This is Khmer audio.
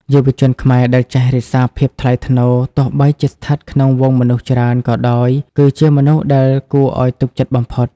យុវជនខ្មែរដែលចេះ "រក្សាភាពថ្លៃថ្នូរ" ទោះបីជាស្ថិតក្នុងហ្វូងមនុស្សច្រើន ក៏ដោយ គឺជាមនុស្សដែលគួរឱ្យទុកចិត្តបំផុត។